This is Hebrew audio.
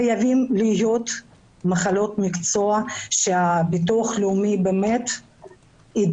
חייבות להיות מחלות מקצוע שהביטוח הלאומי יכיר